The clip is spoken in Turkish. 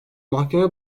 mahkeme